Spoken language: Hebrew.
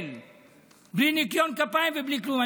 בעוול, בלי ניקיון כפיים ובלי כלום.